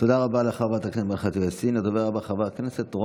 תודה רבה לחברת הכנסת אימאן ח'טיב יאסין.